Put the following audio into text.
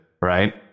right